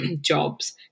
jobs